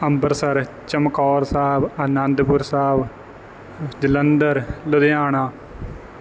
Amritsar Chamkaur Sahib Anandpur Sahib Jalandhar Ludhiana